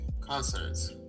concerts